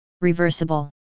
Reversible